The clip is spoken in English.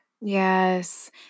Yes